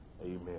Amen